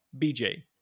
BJ